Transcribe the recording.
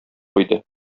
куйды